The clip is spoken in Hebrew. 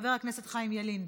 חבר הכנסת חיים ילין,